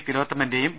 തി ലോത്തമന്റെയും വി